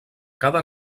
cada